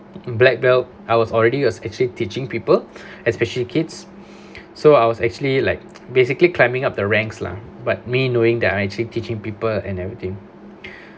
black belt I was already was actually teaching people especially kids so I was actually like basically climbing up the ranks lah but me knowing that I actually teaching people and everything